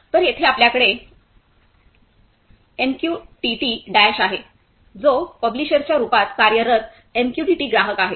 तर येथे आपल्याकडे एमक्यूटीटी डॅश आहे जो पब्लिशरच्या रूपात कार्यरत एमक्यूटीटी ग्राहक आहे